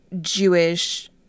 Jewish